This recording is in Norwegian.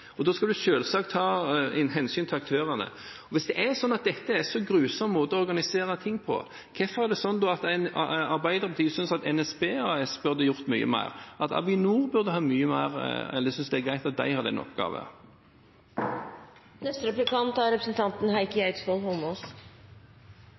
og skal planlegge den, bygge den og drifte den. Da skal en selvsagt ta hensyn til aktørene. Hvis det er sånn at dette er en så grusom måte å organisere ting på, hvorfor er det da sånn at Arbeiderpartiet synes at NSB AS burde gjort mye mer, og synes at